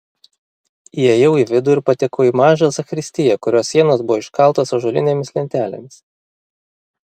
įėjau į vidų ir patekau į mažą zakristiją kurios sienos buvo iškaltos ąžuolinėmis lentelėmis